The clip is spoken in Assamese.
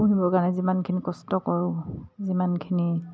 পুহিবৰ কাৰণে যিমানখিনি কষ্ট কৰোঁ যিমানখিনি